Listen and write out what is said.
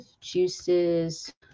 juices